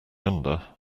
under